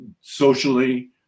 socially